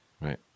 Right